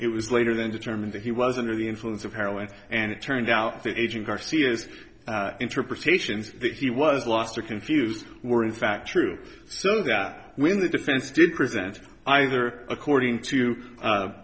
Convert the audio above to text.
it was later than determine that he was under the influence of heroin and it turned out that agent garcia's interpretations that he was lost or confused were in fact true so that when the defense did present either according to